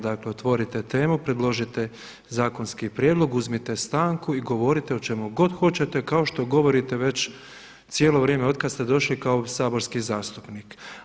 Dakle otvorite temu, predložite zakonski prijedlog uzmite stanku i govorite o čemu god hoćete kao što govorite već cijelo vrijeme od kada ste došli kao saborski zastupnik.